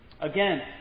Again